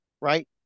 right